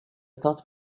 thought